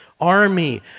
army